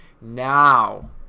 now